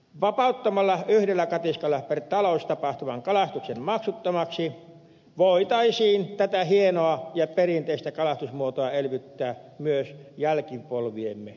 vapauttamalla yhdellä katiskalla per talous tapahtuva kalastus maksuttomaksi voitaisiin tätä hienoa ja perinteistä kalastusmuotoa elvyttää myös jälkipolviemme iloksi